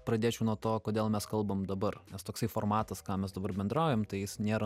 pradėčiau nuo to kodėl mes kalbam dabar nes toksai formatas ką mes dabar bendraujam tai jis nėra